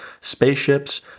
spaceships